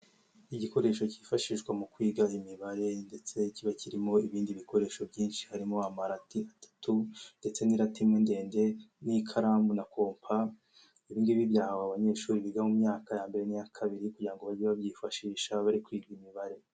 Igikoresho cyifashishwa mu kwiga imibare ndetse kiba kirimo ibindi bikoresho byinshi harimo amarati atatu ndetse n'irati imwe ndende n'ikaramu na kompa, ibigibi byahawe abanyeshuri biga mu myaka ya mbere n'iya kabiri kugira ngo bajye babyifashisha bari kwiga imibare.